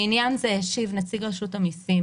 לעניין זה השיב נציג רשות המיסים,